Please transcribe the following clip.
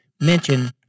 mention